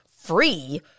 free